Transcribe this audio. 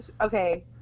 Okay